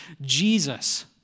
Jesus